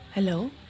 Hello